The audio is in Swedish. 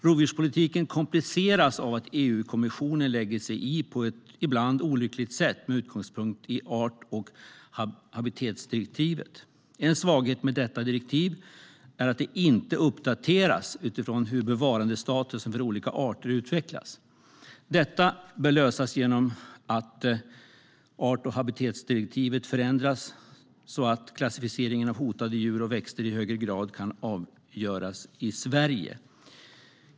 Rovdjurspolitiken kompliceras av att EU-kommissionen lägger sig i på ett ibland olyckligt sätt, med utgångspunkt i art och habitatdirektivet. En svaghet med direktivet är att det inte uppdateras utifrån hur bevarandestatusen för olika arter utvecklas. Detta bör lösas genom att art och habitatdirektivet förändras så att klassificeringen av hotade djur och växter i högre grad kan avgöras i Sverige.